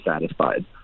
satisfied